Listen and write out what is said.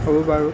হ'ব বাৰু